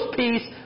peace